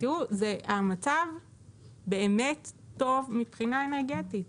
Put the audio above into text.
תראו, המצב באמת טוב מבחינה אנרגטית.